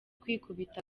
kwikubita